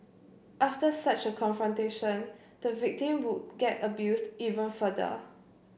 after such a confrontation the victim would get abused even further